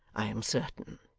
i am certain